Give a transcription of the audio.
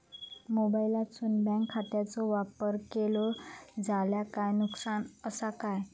मोबाईलातसून बँक खात्याचो वापर केलो जाल्या काय नुकसान असा काय?